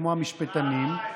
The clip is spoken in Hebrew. כמו המשפטנים,